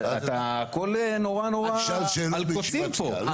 הכל נורא נורא על קוצים פה.